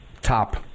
Top